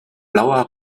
blauer